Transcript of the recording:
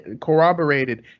corroborated